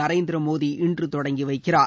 நரேந்திரமோடி இன்று தொடங்கி வைக்கிறார்